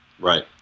Right